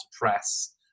press